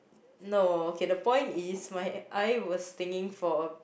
no okay the point is my eye was stinging for